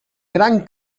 gran